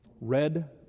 Red